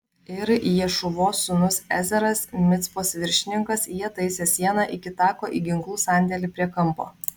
ir ješūvos sūnus ezeras micpos viršininkas jie taisė sieną iki tako į ginklų sandėlį prie kampo